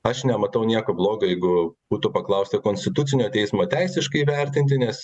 aš nematau nieko bloga jeigu būtų paklausta konstitucinio teismo teisiškai įvertinti nes